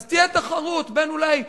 אז תהיה תחרות בין קרנות,